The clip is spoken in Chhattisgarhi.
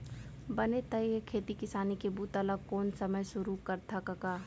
बने त ए खेती किसानी के बूता ल कोन समे सुरू करथा कका?